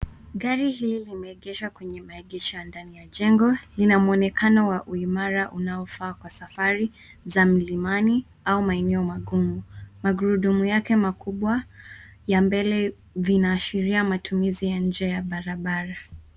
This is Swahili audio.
Gari hili limeegeshwa kwenye maegesho ya ndani ya jengo. Lina muonekano wa uimara unaofaa kwa safari za milimani au maeneo magumu. Magurudumu yake makubwa ya mbele vinaashiria matumizi ya njia ya barabara.